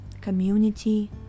community